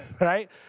right